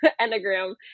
enneagram